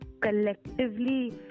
collectively